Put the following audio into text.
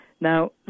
Now